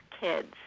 kids